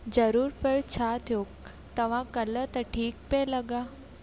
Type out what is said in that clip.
ज़रूरु पर छा थियो तव्हां कल्ह त ठीकु पिया लॻा